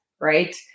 right